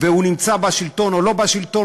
והוא נמצא בשלטון או לא בשלטון,